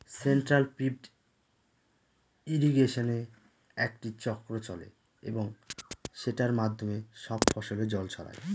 central pivot ইর্রিগেশনে একটি চক্র চলে এবং সেটার মাধ্যমে সব ফসলে জল ছড়ায়